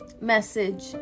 message